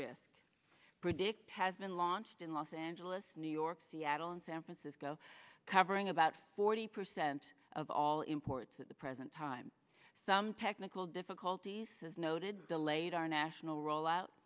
risk predict has been launched in los angeles new york seattle and san francisco covering about forty percent of all imports at the present time some technical difficulties as noted delayed our national rollout